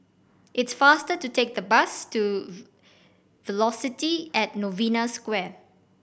it is faster to take the bus to Velocity at Novena Square